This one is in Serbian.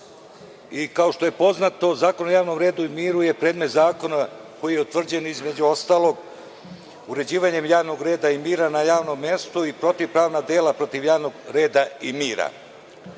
Kao što je poznato, Zakon o javnom redu i miru je predmet zakona koji je utvrđen, između ostalog, uređivanjem javnog reda i mira na javnom mestu i protivpravna dela protiv javnog reda i mira. Zakon